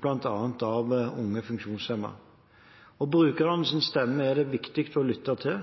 bl.a. av Unge Funksjonshemmede. Brukernes stemme er det viktig å lytte til,